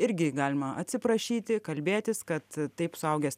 irgi galima atsiprašyti kalbėtis kad taip suaugęs